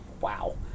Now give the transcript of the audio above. Wow